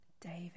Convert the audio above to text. david